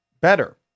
better